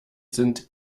sind